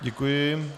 Děkuji.